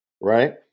right